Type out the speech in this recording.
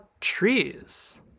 trees